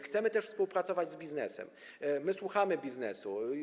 Chcemy też współpracować z biznesem, słuchamy biznesu.